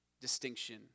distinction